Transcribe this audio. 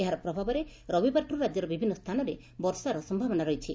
ଏହାର ପ୍ରଭାବରେ ରବିବାରଠାରୁ ରାଜ୍ୟର ବିଭିନ୍ନ ସ୍ଥାନରେ ବର୍ଷାର ସୟାବନା ରହିଛି